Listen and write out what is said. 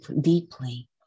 deeply